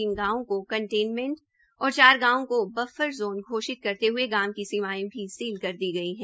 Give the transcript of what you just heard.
तीन गांवों को कैंटोनमैंट औश्र चार गांवो को बफर ज़ोन घोषित करते हये गांवों की सीमायें भी सील कर दी गई है